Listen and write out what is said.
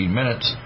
minutes